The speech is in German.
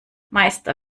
meister